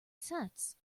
sets